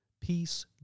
peace